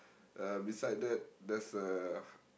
uh beside that there's a